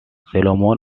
solomon